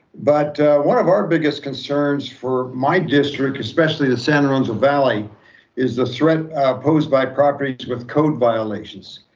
but one of our biggest concerns for my district, especially the santa rosa valley is the threat posed by properties with code violations.